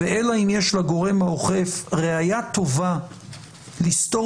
אלא אם יש לגורם האוכף ראיה טובה לסתור